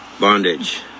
bondage